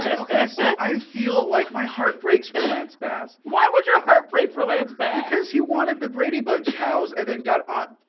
but ok, so i feel like, my heart breaks for lance bass why would your heart break for lance bass? because he wanted the brady bunch house and then got. ah but